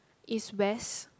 East West